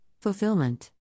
Fulfillment